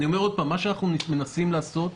אני אומר שוב, מה שאנחנו מנסים לעשות הוא